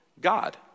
God